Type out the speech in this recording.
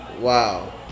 wow